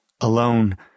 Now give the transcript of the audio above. alone